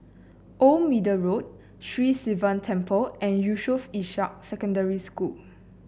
Old Middle Road Sri Sivan Temple and Yusof Ishak Secondary School